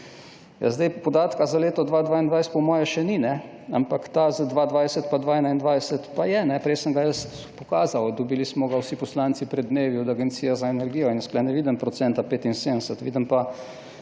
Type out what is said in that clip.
75 %. Podatka za leto 2022 po moje še ni, ampak za leti 2020, 2021 pa je. Prej sem ga jaz pokazal, dobili smo ga vsi poslanci pred dnevi od Agencije za energijo. Jaz tu ne vidim procenta 75, vidim pa